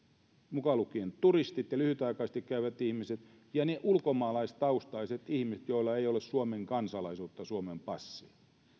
mukaan lukien turistit ja lyhytaikaisesti käyvät ihmiset ja ne ulkomaalaistaustaiset ihmiset joilla ei ole suomen kansalaisuutta suomen passia